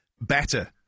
better